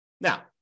Now